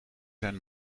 zijn